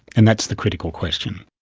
and that's the critical question.